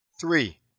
Three